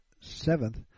seventh